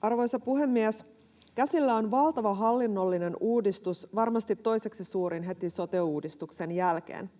Arvoisa puhemies! Käsillä on valtava hallinnollinen uudistus, varmasti toiseksi suurin heti sote-uudistuksen jälkeen.